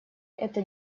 это